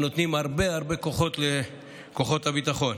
נותנים הרבה כוחות לכוחות הביטחון.